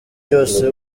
byose